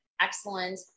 excellent